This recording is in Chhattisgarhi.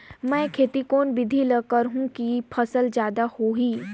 मै खेती कोन बिधी ल करहु कि फसल जादा होही